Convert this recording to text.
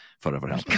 forever